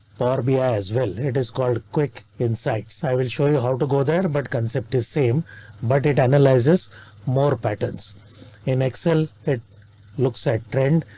barbie as well. it is called quick insights. i will show you how to go there, but concept is same but it analyzes more patterns in excel. it looks at trend.